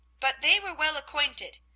but they were well acquainted,